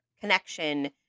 connection